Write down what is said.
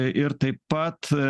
ir taip pat